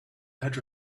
had